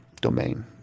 domain